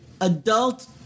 adult